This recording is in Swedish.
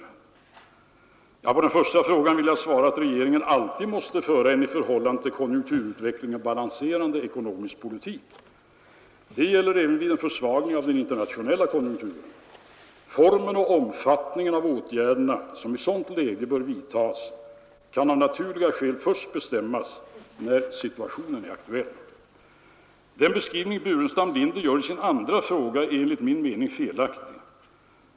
På den första frågan vill jag svara att regeringen alltid måste föra en i förhållande till konjunkturutvecklingen balanserande ekonomisk politik. Detta gäller även vid en försvagning av den internationella konjunkturen. Formen och omfattningen av de ekonomisk-politiska åtgärder som i ett sådant läge bör vidtas kan av naturliga skäl först bestämmas när situationen blir aktuell. Den beskrivning herr Burenstam Linder gör i sin andra fråga är enligt min mening felaktig.